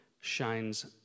shines